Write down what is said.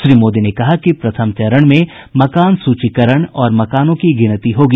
श्री मोदी ने कहा कि प्रथम चरण में मकान सूचीकरण और मकानों की गिनती होगी